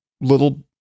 little